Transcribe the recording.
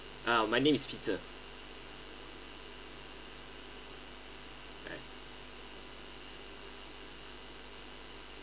uh my name is peter